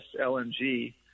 LNG